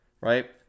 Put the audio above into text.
right